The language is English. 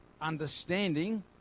understanding